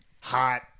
Hot